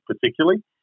particularly